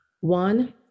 One